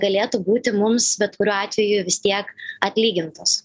galėtų būti mums bet kuriuo atveju vis tiek atlygintos